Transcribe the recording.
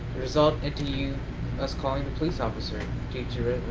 result into you us calling the police officer